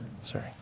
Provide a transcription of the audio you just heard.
sorry